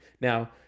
Now